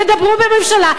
תדברו בממשלה.